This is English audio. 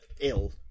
ill